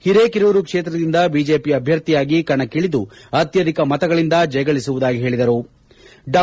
ಹಿರೇಕೆರೂರು ಕ್ಷೇತ್ರದಿಂದ ಬಿಜೆಪಿ ಅಭ್ಯರ್ಥಿಯಾಗಿ ಕಣಕ್ಕಿಳದು ಅತ್ಯಧಿಕ ಮತಗಳಿಂದ ಜಯಗಳಿಸುವುದಾಗಿ ಹೇಳಿದರು ಡಾ